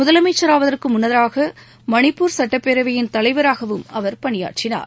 முதலமைச்சராவதற்கு முன்னதாக மணிப்பூர் சுட்டப்பேரவையின் தலைவராகவும் அவர் பணியாற்றினார்